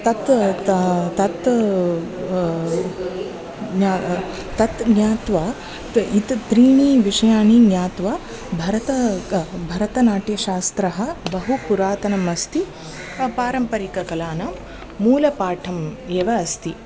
तत् त तत् ज्ञा तत् ज्ञात्वा त् एतत् त्रीणि विषयाणि ज्ञात्वा भरत क भरतनाट्यशास्त्रः बहु पुरातनम् अस्ति पारम्परिककलानां मूलपाठम् एव अस्ति